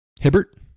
Hibbert